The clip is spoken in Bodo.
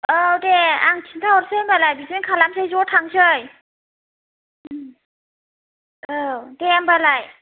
औ दे आं खिन्था हरसै होनब्लाय बिदिनो खालामसै ज' थांसै ओं औ दे होनब्लाय